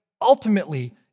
ultimately